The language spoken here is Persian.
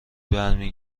برمی